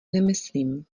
nemyslím